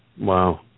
Wow